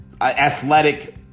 athletic